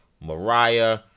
mariah